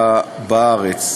בארץ.